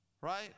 right